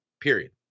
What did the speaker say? period